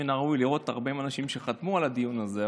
מן הראוי לראות 40 אנשים שחתמו על הדיון הזה,